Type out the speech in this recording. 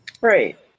right